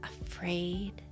afraid